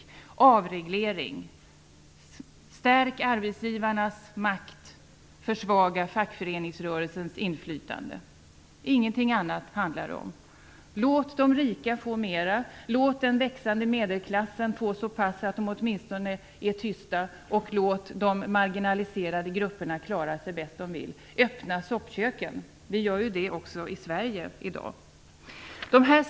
Det handlar om avreglering, om att arbetsgivarnas makt skall stärkas och om att fackföreningsrörelsens inflytande skall försvagas. Det handlar inte om någonting annat. Låt de rika få mer! Låt den växande medelklassen få så pass att de åtminstone är tysta, och låt de marginaliserade grupperna klara sig bäst de vill! Öppna soppköken! Det gör vi ju också i Sverige i dag.